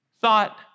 thought